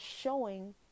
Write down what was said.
showing